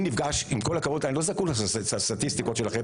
עם כל הכבוד, אני לא נזקק לסטטיסטיקות שלכם.